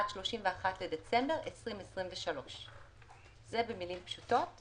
עד 31 בדצמבר 2023. זה במילים פשוטות